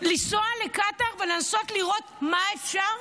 לנסוע לקטר ולנסות לראות מה אפשר?